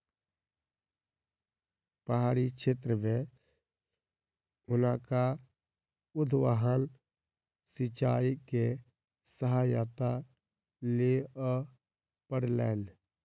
पहाड़ी क्षेत्र में हुनका उद्वहन सिचाई के सहायता लिअ पड़लैन